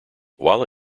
while